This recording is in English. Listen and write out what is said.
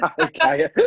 Okay